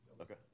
Okay